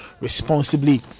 responsibly